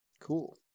Cool